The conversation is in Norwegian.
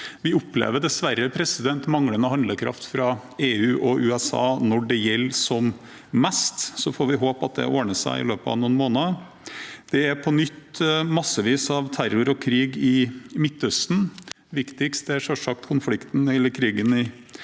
Vi opplever dessverre manglende handlekraft fra EU og USA når det gjelder som mest. Så får vi håpe at det ordner seg i løpet av noen måneder. Det er på nytt massevis av terror og krig i Midtøsten, og viktigst er selvsagt konflikten, eller krigen, i